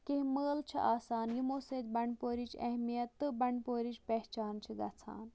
کینٛہہ مٲلہٕ چھِ آسان یِمو سۭتۍ بَنٛڈپورِچ اہمِیت تہٕ بَنٛڈپورِچ پیٚہچان چھِ گَژھان